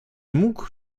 mógł